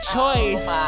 choice